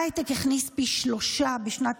ההייטק הכניס לתקציב המדינה פי שלושה בשנת